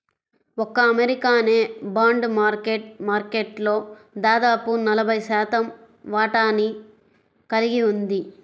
ఒక్క అమెరికానే bond market మార్కెట్లో దాదాపు నలభై శాతం వాటాని కలిగి ఉంది